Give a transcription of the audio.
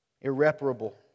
Irreparable